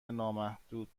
نامحدود